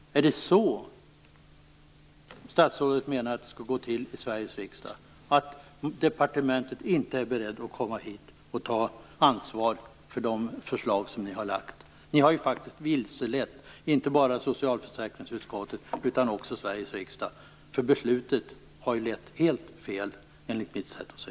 Är det så statsrådet menar att det skall gå till i Sveriges riksdag? Är departementet inte berett att komma hit och ta ansvar för det förslag som ni har lagt? Ni har ju vilselett inte bara socialförsäkringsutskottet utan också Sveriges riksdag. Beslutet har ju lett helt fel, enligt mitt sätt att se.